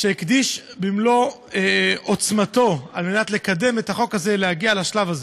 שהקדיש את מלוא עוצמתו על מנת לקדם את החוק הזה להגיע לשלב הזה.